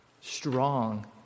strong